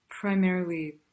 primarily